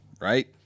right